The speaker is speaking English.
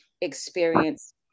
experience